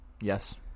Yes